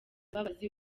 mbabazi